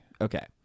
Okay